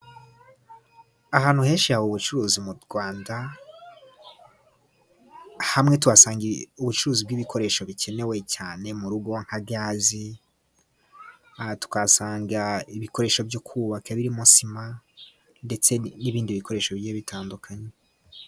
Ahantu henshi haba ubucuruzi mu Rwanda hamwe tuhasanga ubucuruzi bw'ibikoresho bikenewe cyane mu rugo nka gaze, aha tukahasanga ibikoresho byo kubaka birimo sima ndetse n'ibindi bikoresho bigiye bitandukanye.